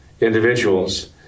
individuals